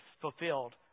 fulfilled